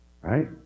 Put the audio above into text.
Right